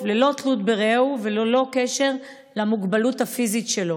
ללא תלות ברעהו וללא קשר למוגבלות הפיזית שלו.